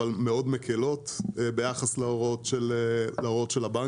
אבל מאוד מקלות ביחס להוראות של הבנקים.